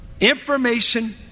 Information